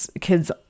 kids